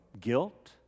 guilt